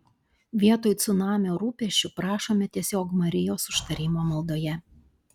vietoj cunamio rūpesčių prašome tiesiog marijos užtarimo maldoje